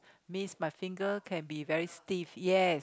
means my finger can be very stiff yes